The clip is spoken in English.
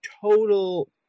total